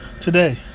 today